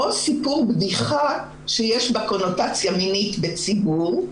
או סיפור בדיחה שיש בה קונוטציה מינית בציבור,